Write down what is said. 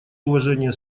уважение